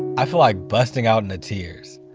i feel like busting out into tears.